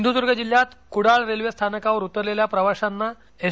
सिंधुदुर्ग जिल्ह्यात कुडाळ रेल्वे स्थानकावर उतरलेल्या प्रवाशांना एस